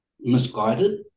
misguided